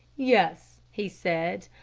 yes, he said,